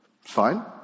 Fine